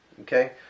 Okay